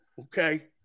okay